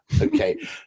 okay